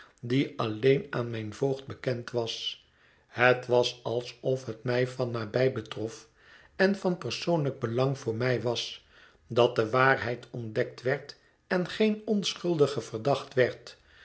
die alleen aan mijn voogd bekend was het was alsof het mij van nabij betrof en van persoonlijk belang voor mij was dat de waarheid ontdekt werd en geen onschuldige verdacht werd